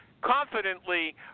confidently